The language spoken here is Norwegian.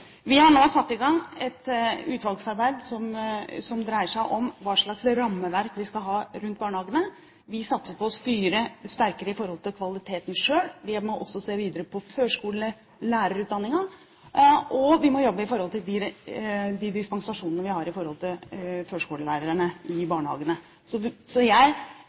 Vi har nå satt i gang et utvalgsarbeid som dreier seg om hva slags rammeverk vi skal ha rundt barnehagene. Vi satser på å styre sterkere når det gjelder kvaliteten, selv, vi må også se videre på førskolelærerutdanningen, og vi må jobbe med tanke på de dispensasjonene vi har når det gjelder førskolelærerne i barnehagene. Så